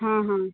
हां हां